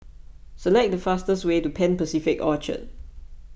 select the fastest way to Pan Pacific Orchard